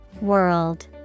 World